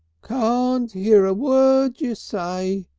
can't hear a word you say.